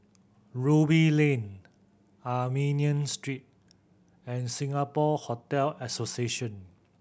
Ruby Lane Armenian Street and Singapore Hotel Association